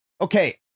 Okay